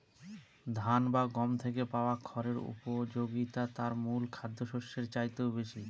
ধান বা গম থেকে পাওয়া খড়ের উপযোগিতা তার মূল খাদ্যশস্যের চাইতেও বেশি